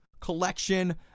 collection